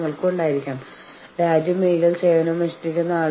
അതിനാൽ നിങ്ങളുടെ ടീമിനൊപ്പം നിങ്ങൾ സമഗ്രത നിലനിർത്തണം